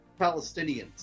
Palestinians